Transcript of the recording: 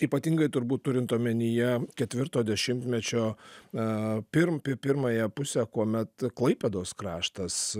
ypatingai turbūt turint omenyje ketvirto dešimtmečio e pir pi pirmąją pusę kuomet klaipėdos kraštas